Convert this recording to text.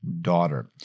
daughter